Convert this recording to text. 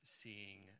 seeing